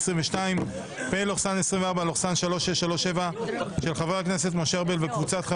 הצבעה אושר באישורה של חברת הכנסת מירב בן